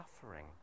suffering